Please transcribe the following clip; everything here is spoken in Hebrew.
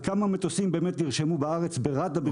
וכמה מטוסים באמת נרשמו בארץ ברת"א.